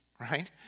right